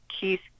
Keith